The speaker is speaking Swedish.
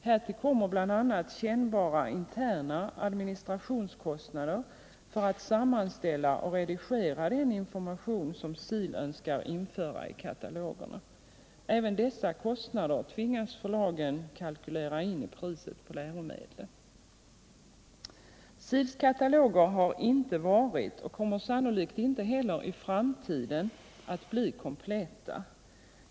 Härtill kommer bl.a. kännbara interna administrationskostnader för att sammanställa och redigera den information som SIL önskar införa i katalogerna. Även dessa kostnader tvingas förlagen kalkylera in i priset på läromedlen. SIL:s kataloger har inte varit och kommer sannolikt inte heller i framtiden att bli kompletta.